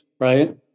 right